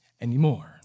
anymore